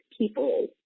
people